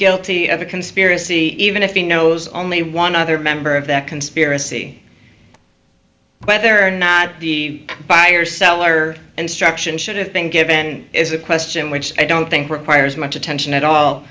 guilty of a conspiracy even if he knows only one other member of that conspiracy whether or not the buyer seller instruction should have been given is a question which i don't think requires much attention at all